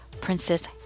Princess